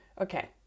Okay